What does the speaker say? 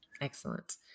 Excellent